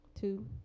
Two